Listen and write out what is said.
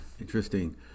Interesting